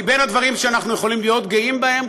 כי בין הדברים שאנחנו יכולים להיות גאים בהם,